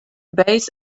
base